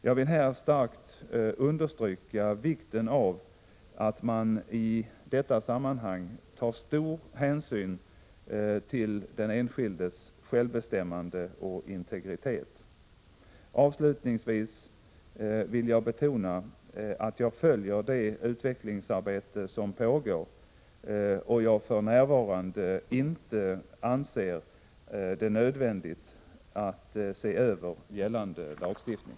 Jag vill här starkt understryka vikten av att man i detta sammanhang tar stor hänsyn till den enskildes självbestämmande och integritet. Avslutningsvis vill jag betona att jag följer det utvecklingsarbete som pågår och att jag för närvarande inte anser det nödvändigt att se över gällande lagstiftning.